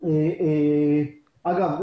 אגב,